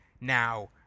now